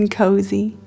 cozy